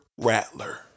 rattler